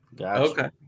okay